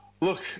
Look